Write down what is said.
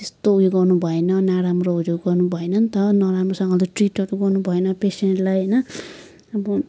त्यस्तो उयो गर्नु भएन नराम्रो उयो गर्नु भएन नि त नराम्रोसँगले त ट्रिटहरू गर्नु भएन पेसेन्टलाई होइन अब